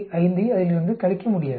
5 ஐ அதிலிருந்து கழிக்க முடியாது